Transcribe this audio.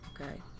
okay